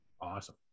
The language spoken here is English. Awesome